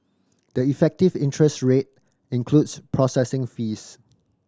the effective interest rate includes processing fees